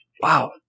Wow